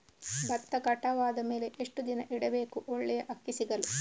ಭತ್ತ ಕಟಾವು ಆದಮೇಲೆ ಎಷ್ಟು ದಿನ ಇಡಬೇಕು ಒಳ್ಳೆಯ ಅಕ್ಕಿ ಸಿಗಲು?